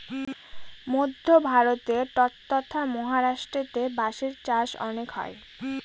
মধ্য ভারতে ট্বতথা মহারাষ্ট্রেতে বাঁশের চাষ অনেক হয়